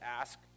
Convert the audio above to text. ask